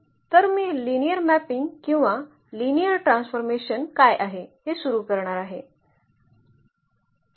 तर मी linear mapping किंवा लिनिअर ट्रान्सफॉर्मेशन काय आहे हे सुरु करणार आहे